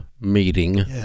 meeting